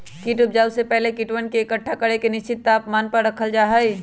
कीट उपजाऊ में पहले कीटवन के एकट्ठा करके निश्चित तापमान पर रखल जा हई